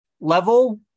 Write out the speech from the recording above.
level